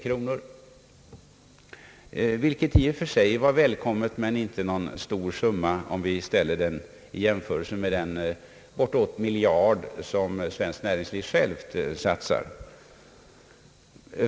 Höjningen var i och för sig välkommen, men den är inte stor i jämförelse med det belopp på bortåt en miljard som det svenska näringslivet självt satsar.